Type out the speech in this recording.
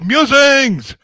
Musings